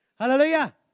Hallelujah